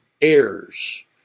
heirs